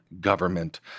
government